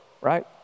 right